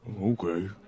Okay